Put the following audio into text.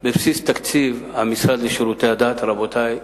בבסיס תקציב המשרד לשירותי הדת, רבותי,